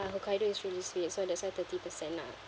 hokkaido is really sweet so that's why thirty percent lah